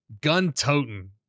Gun-toting